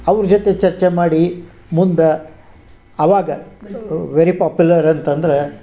ಅವ್ರ ಜೊತೆ ಚರ್ಚೆ ಮಾಡಿ ಮುಂದೆ ಆವಾಗ ವೆರಿ ಪಾಪ್ಯುಲರ್ ಅಂತಂದ್ರೆ